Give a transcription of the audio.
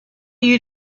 you